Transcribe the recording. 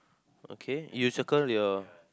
okay you circle your